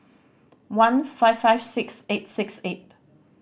one five five six eight six eight